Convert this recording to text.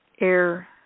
air